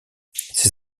ses